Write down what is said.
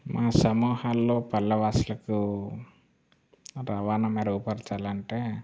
మా సమూహాల్లో పల్లవాసులకు రవాణా మెరుగుపరచాలంటే